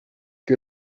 que